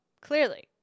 clearly